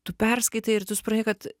tu perskaitai ir tu supranti kad